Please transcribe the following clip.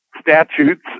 statutes